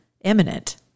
imminent